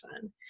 fun